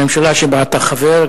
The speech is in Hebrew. הממשלה שבה אתה חבר,